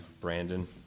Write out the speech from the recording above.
Brandon